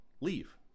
leave